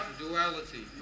duality